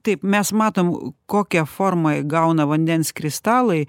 taip mes matom kokią formą įgauna vandens kristalai